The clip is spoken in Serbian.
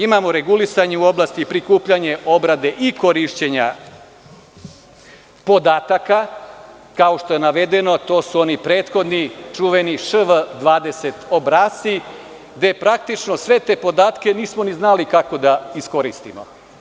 Imamo regulisanje u oblasti prikupljanja, obrade i korišćenja podataka, a to su oni prethodni čuveni „ŠV 20“ obrasci, gde praktično sve te podatke nismo ni znali kako da iskoristimo.